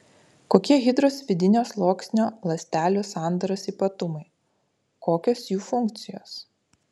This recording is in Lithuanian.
kokie hidros vidinio sluoksnio ląstelių sandaros ypatumai kokios jų funkcijos